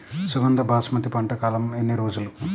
సుగంధ బాస్మతి పంట కాలం ఎన్ని రోజులు?